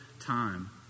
time